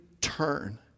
turn